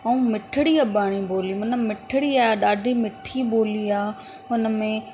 ऐं मिठिड़ी अबाणी ॿोली मतिलबु मिठिड़ी आहे ॾाढी मिठी ॿोली आहे उन में